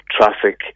traffic